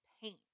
paint